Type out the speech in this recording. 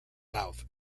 south